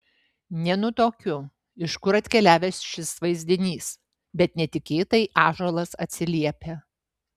nenutuokiu iš kur atkeliavęs šis vaizdinys bet netikėtai ąžuolas atsiliepia